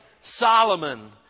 Solomon